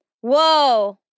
Whoa